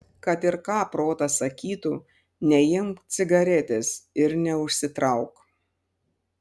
kad ir ką protas sakytų neimk cigaretės ir neužsitrauk